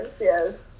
yes